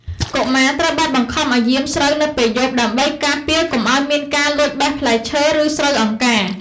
កុមារត្រូវបានបង្ខំឱ្យយាមស្រូវនៅពេលយប់ ដើម្បីការពារកុំឱ្យមានការលួចបេះផ្លែឈើ ឬស្រូវអង្គការ។